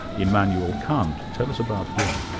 immanuel kant. tell us about him.